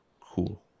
cool